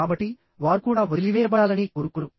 కాబట్టి వారు కూడా వదిలివేయబడాలని కోరుకోరు